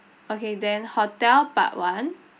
okay then hotel part one